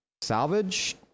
salvage